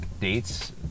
dates